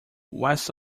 west